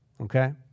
Okay